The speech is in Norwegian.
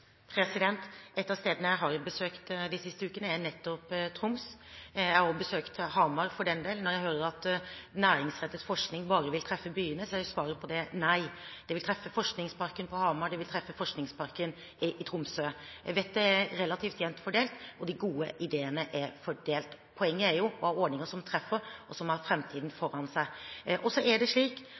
nord? Et av stedene jeg har besøkt de siste ukene, er nettopp Troms. Jeg har også besøkt Hamar, for den del. Når jeg hører at næringsrettet forskning bare vil treffe byene, er svaret på det nei. Det vil treffe forskningsparken på Hamar, det vil treffe forskningsparken i Tromsø. Jeg vet at det er relativt jevnt fordelt, og de gode ideene er fordelt. Poenget er å ha ordninger som treffer, og som har framtiden foran seg. Det er også slik